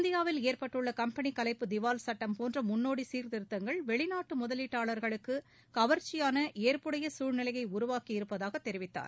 இந்தியாவில் ஏற்பட்டுள்ள கம்பெனி கலைப்பு திவால் சட்டம் போன்ற முன்னோடி சீர்திருத்தங்கள் வெளிநாட்டு முதலீட்டாளர்களுக்கு கவர்ச்சியான ஏற்புடைய சூழ்நிலையை உருவாக்கி இருப்பதாக தெரிவித்தார்